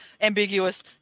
ambiguous